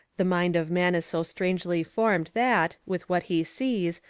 the mind of man is so strangely formed that, with what he sees,